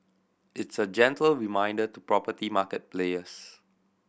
it's a gentle reminder to property market players